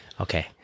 Okay